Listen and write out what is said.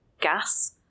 gas